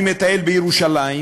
אני מטייל בירושלים,